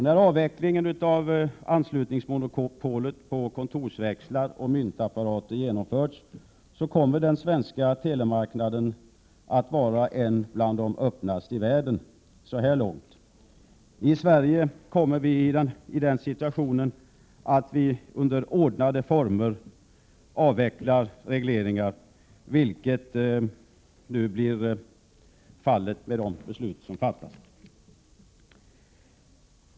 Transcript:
När avvecklingen av anslutningsmonopolet på kontorsväxlar och myntapparater genomförts, kommer den svenska telemarknaden att vara en av de öppnaste i världen så långt. I Sverige kommer vi med de beslut som nu fattas att vara i den situationen att vi under ordnade former avvecklar regleringar.